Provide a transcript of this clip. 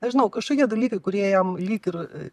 nežinau kažkokie dalykai kurie jam lyg ir